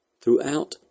Throughout